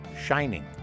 shining